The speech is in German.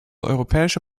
europäische